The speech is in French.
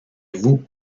vous